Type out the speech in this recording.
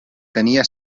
tenia